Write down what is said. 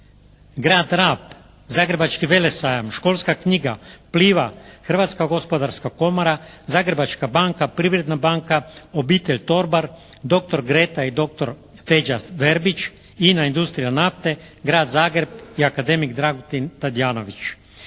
grad Rab, Zagrebački velesajam, Školska knjiga, "Pliva", Hrvatska gospodarska komora, Zagrebačka banka, Privredna banka, obitelj Torbar, dr. Greta i dr. Fedža Verbić, INA industrija nafte, grad Zagreb i akademik Dragutin Tadijanović.